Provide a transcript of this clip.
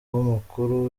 w’umukuru